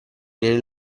nei